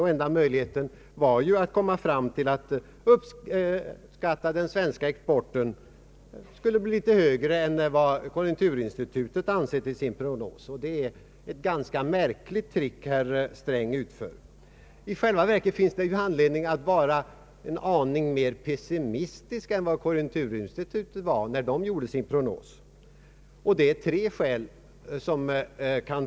Hans enda möjlighet var då att uppskatta att den svenska exporten skulle bli litet högre än vad konjunkturinstitutet ansett i sin prognos. Det är ett ganska märkligt trick som herr Sträng utför. I själva verket finns det anledning vara en aning mer pessimistisk än konjunkturinstitutet var när det gjorde sin prognos, och det av tre skäl.